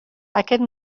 aquest